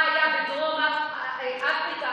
מה היה בדרום אפריקה.